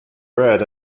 read